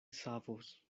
savos